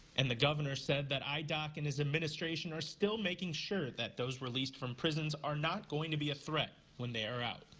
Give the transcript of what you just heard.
and the governor said that idoc and his administration are still making sure that those released frm prisons are notgoing to be a threat when they are out.